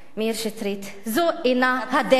מאיר שטרית: זו אינה הדרך.